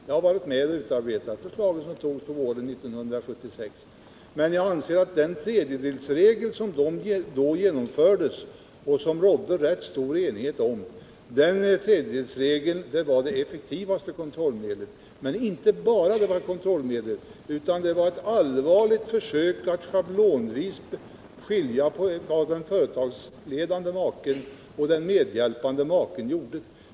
Jag har varit med om alt utarbeta förslaget som antogs på våren 1976, men jag anser att den tredjedelsregel som då infördes och som det rådde rätt stor enighet om var det effektivaste kontrollmedlet. Men det var inte bara ett kontrollmedel, utan det var också ett allvarligt försök att schablonmässigt skilja på vad den företagsledande maken och den medhjälpande maken gjorde.